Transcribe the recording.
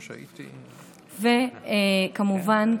כמובן,